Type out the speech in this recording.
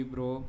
Bro